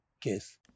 case